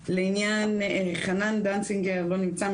חנן דנצינגר לא נמצא,